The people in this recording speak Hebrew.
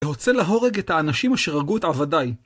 והוצא להורג את האנשים אשר הרגו את עבדיי.